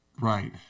Right